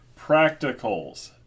Practicals